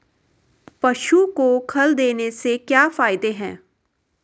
पशु को खल देने से क्या फायदे हैं?